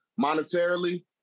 monetarily